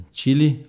Chili